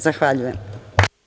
Zahvaljujem.